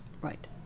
Right